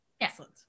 Excellent